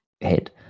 head